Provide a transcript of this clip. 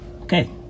Okay